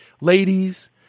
Ladies